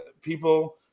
people